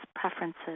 preferences